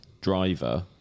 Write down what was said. driver